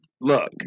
look